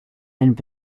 and